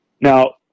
Now